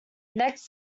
next